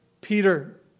Peter